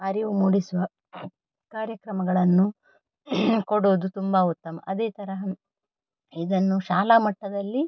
ಅರಿವು ಮೂಡಿಸುವ ಕಾರ್ಯಕ್ರಮಗಳನ್ನು ಕೊಡುವುದು ತುಂಬ ಉತ್ತಮ ಅದೇ ತರಹ ಇದನ್ನು ಶಾಲಾ ಮಟ್ಟದಲ್ಲಿ